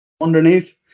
Underneath